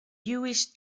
jewish